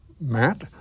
Matt